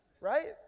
Right